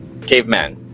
caveman